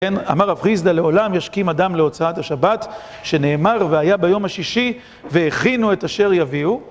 אמר רב חסידא, לעולם ישכים אדם להוצאת השבת, שנאמר, והיה ביום השישי, והכינו את אשר יביאו.